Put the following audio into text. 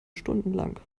stundenlang